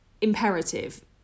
imperative